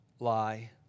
lie